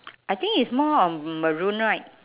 I think it's more of maroon right